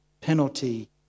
penalty